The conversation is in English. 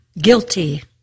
guilty